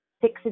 six